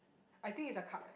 I think it's a cup